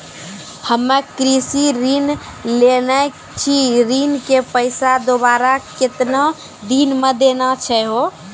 हम्मे कृषि ऋण लेने छी ऋण के पैसा दोबारा कितना दिन मे देना छै यो?